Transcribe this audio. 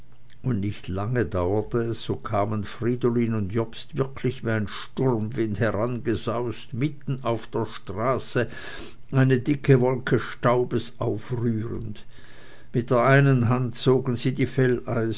und nicht lange dauerte es so kamen fridolin und jobst wirklich wie ein sturmwind herangesaust mitten auf der straße eine dicke wolke staubes aufrührend mit der einen hand zogen sie die